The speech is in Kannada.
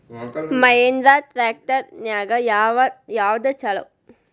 ಮಹೇಂದ್ರಾ ಟ್ರ್ಯಾಕ್ಟರ್ ನ್ಯಾಗ ಯಾವ್ದ ಛಲೋ?